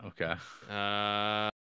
Okay